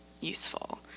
useful